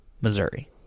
Missouri